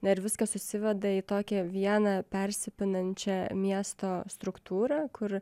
na ir viskas susiveda į tokią vieną persipinančią miesto struktūrą kur